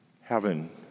heaven